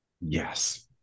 Yes